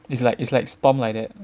it's like it's like Stomp like that